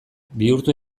bihurtu